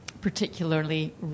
particularly